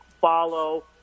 follow